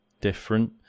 different